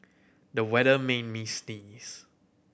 the weather made me sneeze